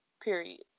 Period